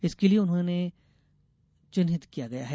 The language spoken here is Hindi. इसके लिए उन्हें चिन्हित भी किया गया है